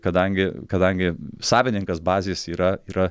kadangi kadangi savininkas bazės yra yra